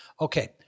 okay